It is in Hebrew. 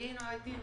היינו עדים